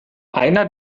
einer